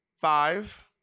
Five